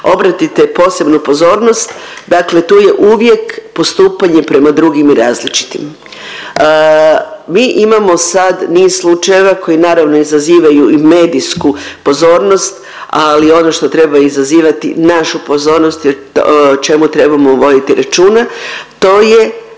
obratite posebnu pozornost, dakle tu je uvijek postupanje prema drugim i različitim. Mi imamo sad niz slučajeva koji naravno izazivaju i medijsku pozornost, ali ono što treba izazivati našu pozornost i o čemu trebamo voditi računa, to je